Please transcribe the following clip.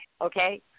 okay